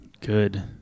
Good